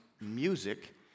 music